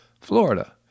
Florida